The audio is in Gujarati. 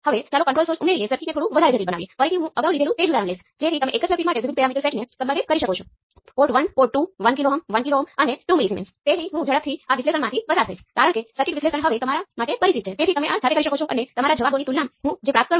તેથી કૃપા કરીને આ જેવી પ્રાથમિક ભૂલો ન કરો જ્યારે એક પેરામીટર સેટથી બીજામાં અથવા તે જેવી વસ્તુઓમાં રૂપાંતરિત કરો